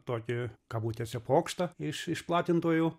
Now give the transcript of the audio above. tokį kabutėse pokštą iš iš platintojų